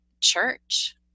church